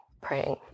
praying